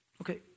Okay